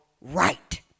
right